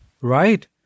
Right